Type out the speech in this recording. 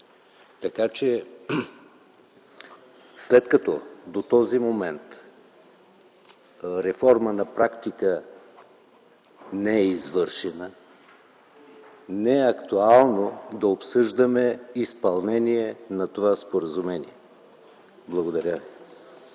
бази. След като до този момент реформа на практика не е извършена, не е актуално да обсъждаме изпълнение на това споразумение. Благодаря.